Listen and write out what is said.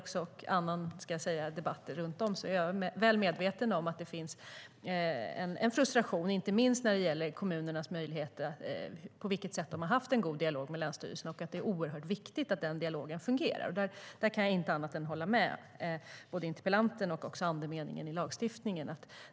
Jag är väl medveten om att det finns en frustration inte minst hos kommunerna beroende på hur god kommunikation de har haft med länsstyrelserna. Det är oerhört viktigt att den dialogen fungerar. Där kan jag inte annat än hålla med interpellanten och andemeningen i lagstiftningen.